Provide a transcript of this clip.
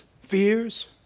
fears